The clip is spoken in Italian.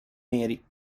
neri